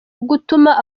gutuma